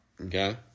Okay